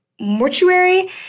Mortuary